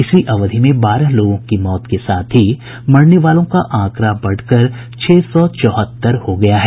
इसी अवधि में बारह लोगों की मौत के साथ ही मरने वालों का आंकड़ा छह सौ चौहत्तर हो गया है